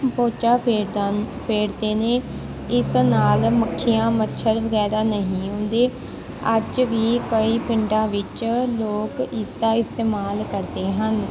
ਪੋਚਾ ਫੇਰਦਾ ਫੇਰਦੇ ਨੇ ਇਸ ਨਾਲ ਮੱਖੀਆਂ ਮੱਛਰ ਵਗੈਰਾ ਨਹੀਂ ਹੁੰਦੇ ਅੱਜ ਵੀ ਕਈ ਪਿੰਡਾਂ ਵਿੱਚ ਲੋਕ ਇਸਦਾ ਇਸਤੇਮਾਲ ਕਰਦੇ ਹਨ